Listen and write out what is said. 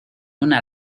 una